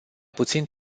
puțin